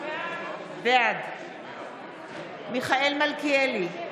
בעד מיכאל מלכיאלי,